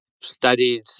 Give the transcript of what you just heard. studied